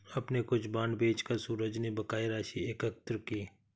अपने कुछ बांड बेचकर सूरज ने बकाया राशि एकत्र की